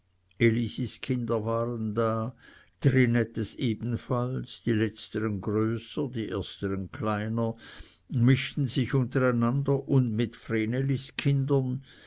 kinder waren da trinettes ebenfalls die letzteren größer die ersteren kleiner mischten sich unter einander und mit vrenelis kindern